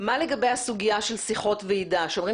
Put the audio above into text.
מה לגבי הסוגיה של שיחות ועידה שאומרים